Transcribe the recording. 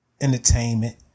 entertainment